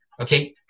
okay